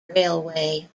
railway